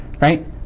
Right